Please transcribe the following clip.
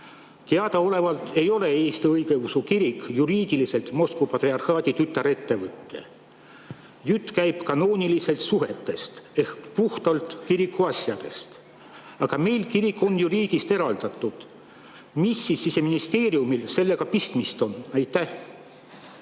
Teadaolevalt ei ole Eesti õigeusu kirik juriidiliselt Moskva patriarhaadi tütarettevõte. Jutt käib kanoonilistest suhetest ehk puhtalt kiriku asjadest. Aga meil on kirik ju riigist eraldatud. Mis siis Siseministeeriumil sellega pistmist on?